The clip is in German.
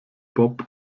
bob